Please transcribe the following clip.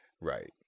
Right